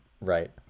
right